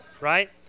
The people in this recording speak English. right